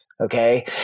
Okay